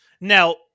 Now